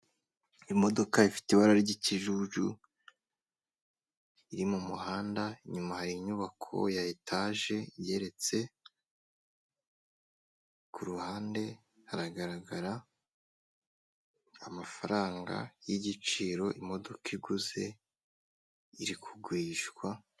Imodoka ifite ibara ry'ikijuju iri mu muhanda, inyuma hari inyubako ya etaje yeretse kuruhande haragaragara amafaranga y'igiciro imodoka iguze iri kugurishwa.